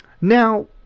Now